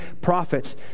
prophets